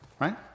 right